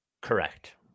correct